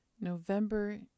November